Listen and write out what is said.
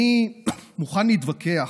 אני מוכן להתווכח,